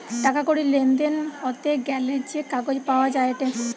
টাকা কড়ির লেনদেন হতে গ্যালে যে কাগজ পাওয়া যায়েটে